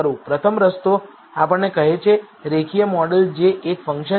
પ્રથમ રસ્તો આપણને કહે છે રેખીય મોડેલ જે એક ફંકશન છે